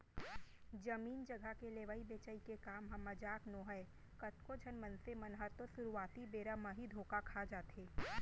जमीन जघा के लेवई बेचई के काम ह मजाक नोहय कतको झन मनसे मन ह तो सुरुवाती बेरा म ही धोखा खा जाथे